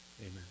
Amen